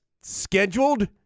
scheduled